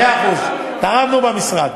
מאה אחוז, תרמנו במשרד.